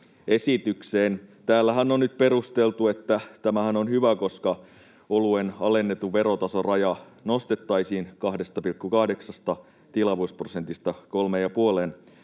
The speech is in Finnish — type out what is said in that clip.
Täällähän on nyt perusteltu, että tämähän on hyvä, koska oluen alennettu verotasoraja nostettaisiin 2,8 tilavuusprosentista 3,5